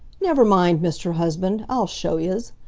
never mind, mr. husband, i'll show yez!